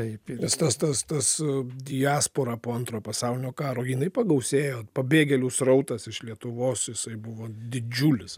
taip nes tas tas tas diaspora po antro pasaulinio karo jinai pagausėjo pabėgėlių srautas iš lietuvos jisai buvo didžiulis